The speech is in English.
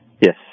Yes